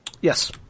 yes